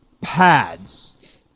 pads